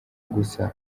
gusa